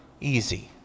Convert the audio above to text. easy